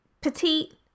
petite